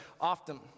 often